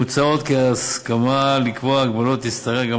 מוצע עוד כי ההסכמה לקבוע הגבלות תשתרע גם